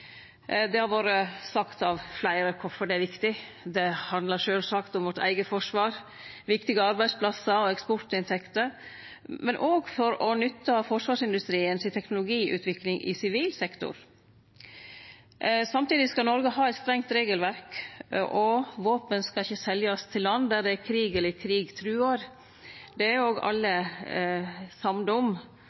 Det har vore sagt av fleire kvifor det er viktig, det handlar sjølvsagt om vårt eige forsvar, viktige arbeidsplassar, eksportinntekter, men òg om å nytte forsvarsindustrien si teknologiutvikling i sivil sektor. Samtidig skal Noreg ha eit strengt regelverk, våpen skal ikkje seljast til land der det er krig eller krig truar – det er òg alle samde om